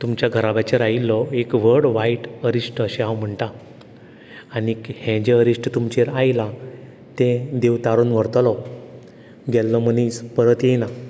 तुमच्या घराब्याचेर आयिल्लो एक व्हड वायट अरिश्ट अशें हांव म्हणटा आनीक हें जें अरिश्ट तुमचेर आयलां तें देव तारून व्हरतलो गेल्लो मनीस परत येयना